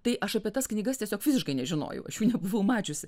tai aš apie tas knygas tiesiog fiziškai nežinojau nebuvau mačiusi